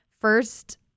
first